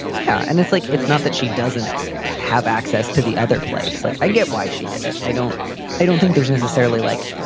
yeah. and it's like it's not that she doesn't have access to the other place. like, i get why she did it. i don't i don't think there's necessarily, like,